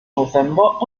november